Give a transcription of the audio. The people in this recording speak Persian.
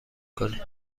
کنید